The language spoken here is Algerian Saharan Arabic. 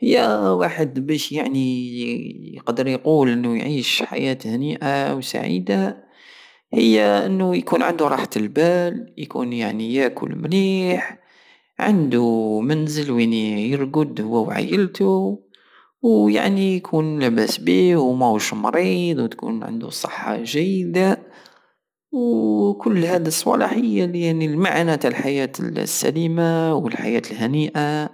هي الواحد بش يعني يقدر يقول انو يعيش حيات هنيئة وسعيدة هي انو يكون عندو راحة البال يكون يعني ياكل مليح عندو منزل وين يرقد هو وعايلتو ويعني يكون لاباس بيه ومهوش مريض وتكون عندو صحة جيدة وكل هاد الصوالح هي المعنى تع الحيات السليمة والحيات الهنيئة